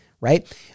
right